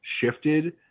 shifted